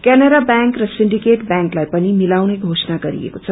Canara bank र सिंडिकेट ब्यांकलाई पनि मिलाउने घोषणा गरिएको छ